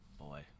boy